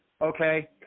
okay